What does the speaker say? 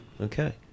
Okay